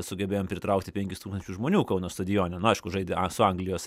sugebėjom pritraukti penkis tūkstančius žmonių kauno stadione na aišku žaidė su anglijos